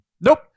nope